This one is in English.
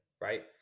right